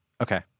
Okay